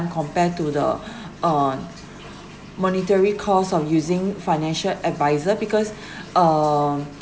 compare to the uh monetary cost of using financial adviser because uh